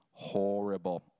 horrible